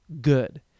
Good